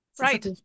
Right